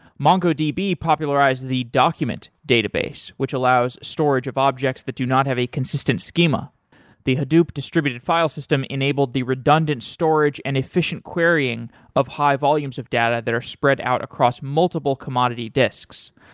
mongodb popularized the document database, which allows storage of objects that do not have a consistent schema the hadoop distributed file system enabled the redundant storage and efficient querying of high volumes of data that are spread out across multiple commodity disks.